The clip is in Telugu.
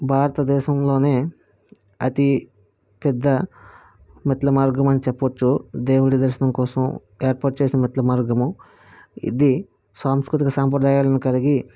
భారతదేశంలో అతి పెద్ద మెట్ల మార్గం అని చెప్పవచ్చు దేవుడి దర్శనం కోసం ఏర్పాటు చేసిన మెట్ల మార్గము ఇది సాంస్కృతిక సాంప్రదాయాలను కలిగి